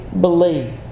believe